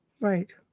Right